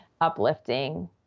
uplifting